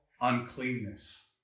uncleanness